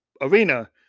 arena